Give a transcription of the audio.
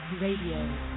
Radio